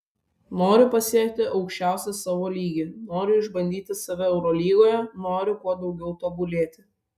noriu pasiekti aukščiausią savo lygį noriu išbandyti save eurolygoje noriu kuo daugiau tobulėti